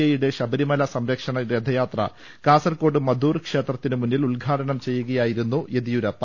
A യുടെ ശബരിമല സംരക്ഷണ രഥയാത്ര കാസർകോട് മധൂർ ക്ഷേത്രത്തിന് മുന്നിൽ ഉദ്ഘാടനം ചെയ്യുകയായിരുന്നു യെദ്യൂരപ്പ